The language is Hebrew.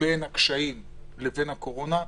בין הקשיים לבין הקורונה,